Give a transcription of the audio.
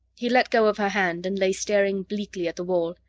he let go of her hand and lay staring bleakly at the wall.